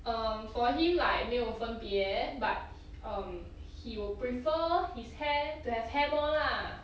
um for him like 没有分别 but um he would prefer his hair to have hair more lah